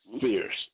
fierce